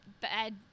bad